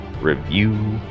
review